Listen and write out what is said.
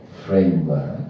framework